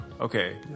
Okay